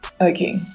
okay